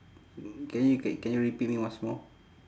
can you c~ can you repeat me once more